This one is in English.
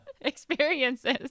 experiences